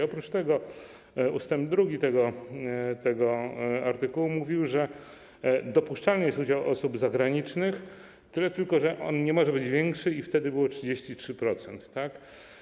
Oprócz tego ust. 2 tego artykułu mówił, że dopuszczalny jest udział osób zagranicznych, tyle tylko, że on nie może być większy niż - wtedy to było - 33%, tak?